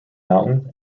mountain